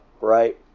right